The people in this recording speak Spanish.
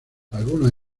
algunos